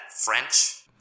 French